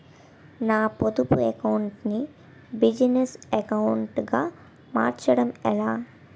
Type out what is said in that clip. నా పొదుపు అకౌంట్ నీ బిజినెస్ అకౌంట్ గా మార్చడం ఎలా?